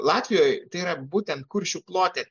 latvijoj tai yra būtent kuršių plote